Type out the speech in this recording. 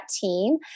team